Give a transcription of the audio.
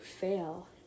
fail